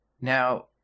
Now